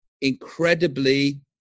incredibly